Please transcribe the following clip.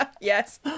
Yes